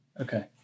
Okay